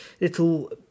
little